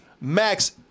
Max